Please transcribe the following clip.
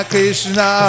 Krishna